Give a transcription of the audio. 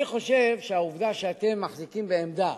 אני חושב שהעובדה שאתם מחזיקים בעמדה,